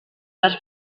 les